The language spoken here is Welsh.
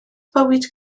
bywyd